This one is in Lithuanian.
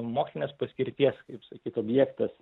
mokslinės paskirties kaip sakyt objektas